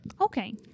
Okay